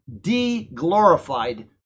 de-glorified